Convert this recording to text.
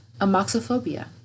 amoxophobia